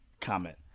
comment